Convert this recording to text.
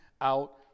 out